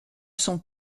sont